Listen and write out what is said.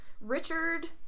Richard